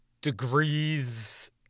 degrees